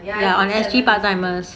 ya on actually part timers